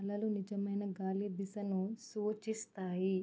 అలలు నిజమైన గాలి దిశను సూచిస్తాయి